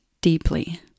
deeply